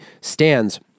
stands